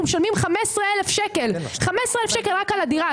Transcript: ואנחנו משלמים 15,000 שקל רק על הדירה,